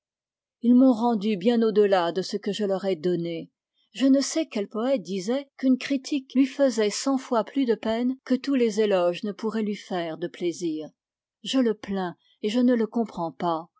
ils m'ont rendu bien au-delà de ce que je leur ai donné je ne sais quel poète disait qu'une critique lui faisait cent fois plus de peine que tous les éloges ne pourraient lui faire de plaisir je le plains et je ne le comprends pas